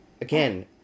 Again